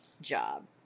job